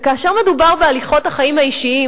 וכאשר מדובר בהליכות החיים האישיים,